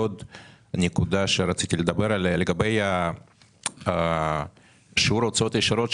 לגבי שיעור ההוצאות הישירות.